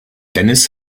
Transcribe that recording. dennis